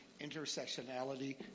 intersectionality